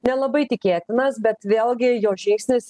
nelabai tikėtinas bet vėlgi jo žingsnis